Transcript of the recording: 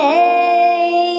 Hey